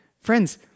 Friends